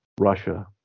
Russia